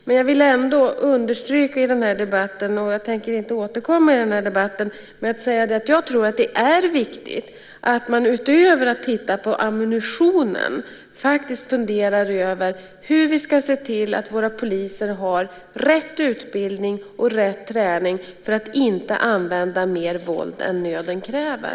Men jag vill ändå understryka i den här debatten - jag tänker inte återkomma i den - att jag tror att det är viktigt att man utöver att titta på ammunitionen faktiskt funderar över hur vi ska se till att våra poliser har rätt utbildning och rätt träning för att inte använda mer våld än nöden kräver.